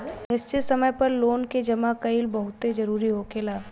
निश्चित समय पर लोन के जामा कईल बहुते जरूरी होखेला